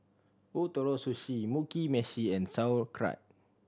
Ootoro Sushi Mugi Meshi and Sauerkraut